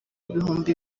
ibihumbi